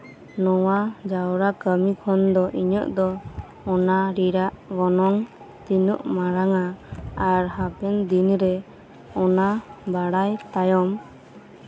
ᱱᱚᱣᱟ ᱡᱟᱣᱨᱟ ᱠᱟᱹᱢᱤ ᱠᱷᱚᱱ ᱫᱚ ᱤᱧᱟᱹᱜ ᱫᱚ ᱚᱱᱟ ᱨᱮᱭᱟᱜ ᱜᱚᱱᱚᱝ ᱛᱤᱱᱟᱹᱜ ᱢᱟᱨᱟᱝ ᱼᱟ ᱟᱨ ᱦᱟᱯᱮᱱ ᱫᱤᱱ ᱨᱮ ᱚᱱᱟ ᱵᱟᱲᱟᱭ ᱛᱟᱭᱚᱢ